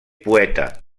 poeta